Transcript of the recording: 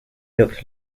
looked